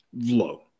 low